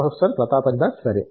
professor Pratap Haridas సరే